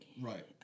Right